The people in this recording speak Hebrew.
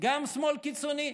גם שמאל קיצוני,